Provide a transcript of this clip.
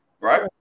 right